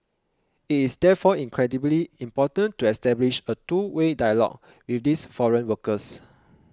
it is therefore incredibly important to establish a two way dialogue with these foreign workers